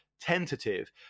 tentative